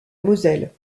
moselle